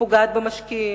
ופוגעת במשקיעים,